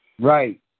Right